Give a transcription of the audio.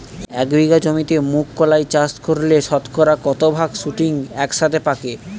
এক বিঘা জমিতে মুঘ কলাই চাষ করলে শতকরা কত ভাগ শুটিং একসাথে পাকে?